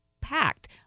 packed